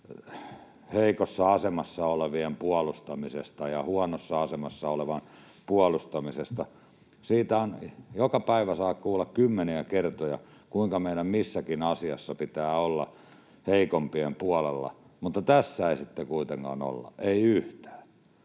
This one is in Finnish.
heikossa asemassa olevien puolustamisesta ja huonossa asemassa olevan puolustamisesta, siitä joka päivä saa kuulla kymmeniä kertoja, kuinka meidän missäkin asiassa pitää olla heikompien puolella, mutta tässä ei sitten kuitenkaan olla, ei yhtään.